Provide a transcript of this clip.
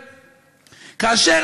כאשר,